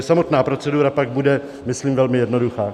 Samotná procedura pak bude, myslím, velmi jednoduchá.